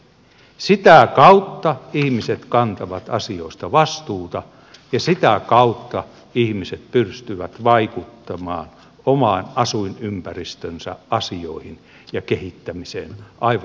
sitä kautta ihmiset kantavat asioista vastuuta ja sitä kautta ihmiset pystyvät vaikuttamaan oman asuinympäristönsä asioihin ja kehittämiseen aivan niin kuin meidän perustuslakimme sanoo